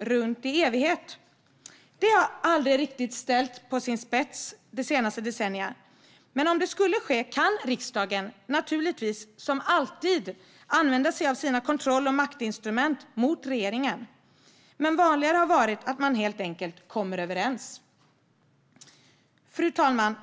runt så i evighet? Detta har under det senaste decenniet aldrig riktigt ställts på sin spets. Men om det skulle ske kan riksdagen naturligtvis som alltid använda sig av sina kontroll och maktinstrument mot regeringen. Vanligare har dock varit att man helt enkelt kommer överens. Fru talman!